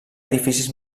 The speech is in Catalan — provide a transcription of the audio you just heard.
edificis